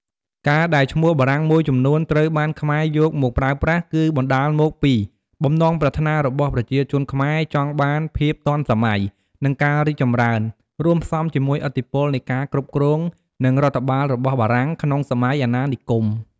ការដែលឈ្មោះបារាំងមួយចំនួនត្រូវបានខ្មែរយកមកប្រើប្រាស់ គឺបណ្ដាលមកពី បំណងប្រាថ្នារបស់ប្រជាជនខ្មែរចង់បានភាពទាន់សម័យ និងការរីកចម្រើន រួមផ្សំជាមួយឥទ្ធិពលនៃការគ្រប់គ្រង និងរដ្ឋបាលរបស់បារាំង ក្នុងសម័យអាណានិគម។